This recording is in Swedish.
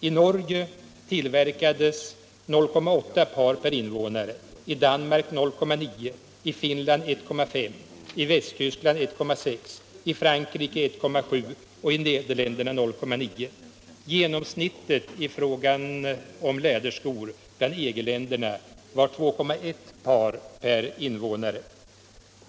I Norge tillverkades 0,8 par per invånare, i Danmark 0,9, i Finland 1,5, i Västtyskland 1,6, i Frankrike 1,7 och i Nederländerna 0,9. Genomsnittet i fråga om läderskor bland EG-länderna var 2,1 par per invånare.